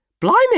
Blimey